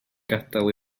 gadael